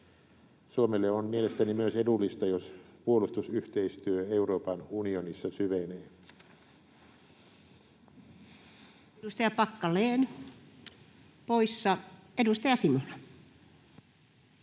Suomelle on mielestäni myös edullista, jos puolustusyhteistyö Euroopan unionissa syvenee. Edustaja Packalén poissa. — Edustaja Simula.